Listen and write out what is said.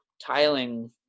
tiling